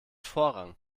vorrang